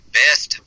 best